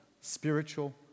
spiritual